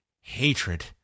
hatred